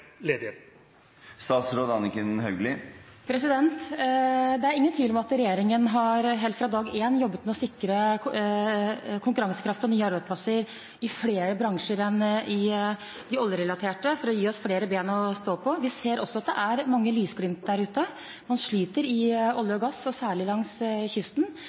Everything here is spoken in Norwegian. Det er ingen tvil om at regjeringen helt fra dag én har jobbet med å sikre konkurransekraft og nye arbeidsplasser i flere bransjer enn i de oljerelaterte – for å gi oss flere ben å stå på. Vi ser at det er mange lysglimt der ute. Man sliter innen olje og gass og særlig langs kysten,